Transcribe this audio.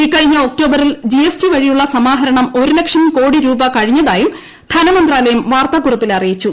ഇക്കഴിഞ്ഞ ഒക്ടോബറിൽ G S T വഴിയുള്ള സമാഹരണം ഒരു ലക്ഷം കോടി രൂപ കഴിഞ്ഞതായും ധനമന്ത്രാലയം വാർത്താക്കുറിപ്പിൽ അറിയിച്ചു